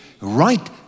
right